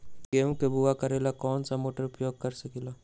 गेंहू के बाओ करेला हम कौन सा मोटर उपयोग कर सकींले?